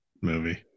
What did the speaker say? movie